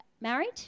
married